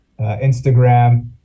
Instagram